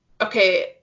okay